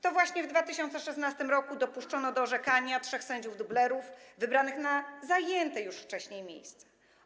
To właśnie w 2016 r. dopuszczono do orzekania trzech sędziów dublerów wybranych na zajęte już wcześniej miejsca.